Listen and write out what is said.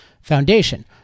foundation